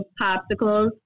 popsicles